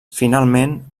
finalment